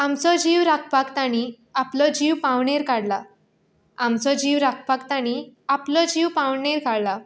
आमचो जीव राखपाक तांणी आपलो जीव पावणेर काडला आमचो जीव राखपाक तांणी आपलो जीव पावणेर काडला